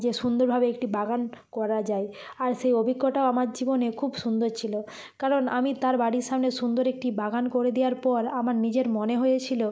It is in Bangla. যে সুন্দরভাবে একটি বাগান করা যায় আর সেই অভিজ্ঞতাও আমার জীবনে খুব সুন্দর ছিল কারণ আমি তার বাড়ির সামনে সুন্দর একটি বাগান করে দেওয়ার পর আমার নিজের মনে হয়েছিল